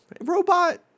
Robot